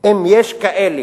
אם יש כאלה".